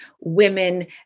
women